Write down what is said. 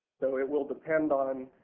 so it will depend on